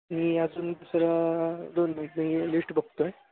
नी अजून दुसरं दोन मिनिट मी लिश्ट बघतो आहे